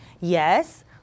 Yes